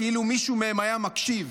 כאילו מישהו מהם היה מקשיב.